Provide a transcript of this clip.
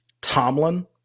Tomlin